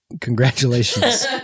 congratulations